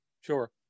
Sure